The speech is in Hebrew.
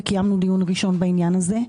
וקיימנו דיון ראשון בעניין הזה.